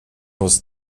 was